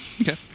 okay